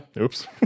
Oops